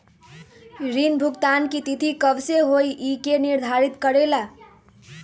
ऋण भुगतान की तिथि कव के होई इ के निर्धारित करेला?